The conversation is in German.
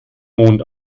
mond